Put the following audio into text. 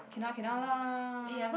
cannot cannot lah